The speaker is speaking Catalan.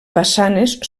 façanes